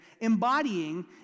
Embodying